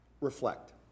reflect